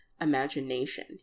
imagination